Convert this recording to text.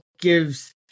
gives